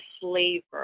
flavor